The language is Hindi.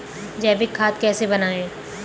जैविक खाद कैसे बनाएँ?